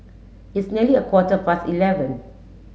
its nearly a quarter past eleven